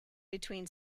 between